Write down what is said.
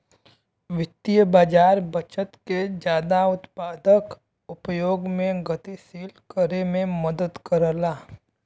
वित्तीय बाज़ार बचत के जादा उत्पादक उपयोग में गतिशील करे में मदद करला